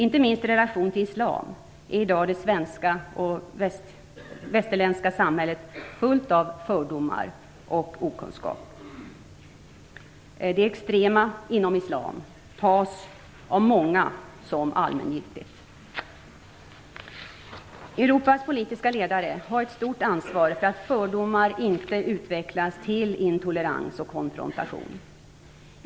Inte minst i relationen till islam är i dag det svenska och västerländska samhället fullt av fördomar och okunskap. Det extrema inom islam tas av många för allmängiltigt. Europas politiska ledare har ett stort ansvar för att fördomar inte utvecklas till intolerans och konfrontation.